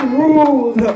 rules